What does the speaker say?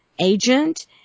agent